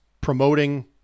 promoting